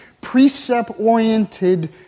precept-oriented